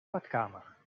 badkamer